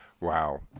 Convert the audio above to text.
wow